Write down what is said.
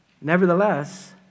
Nevertheless